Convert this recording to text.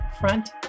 Front